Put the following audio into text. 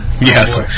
Yes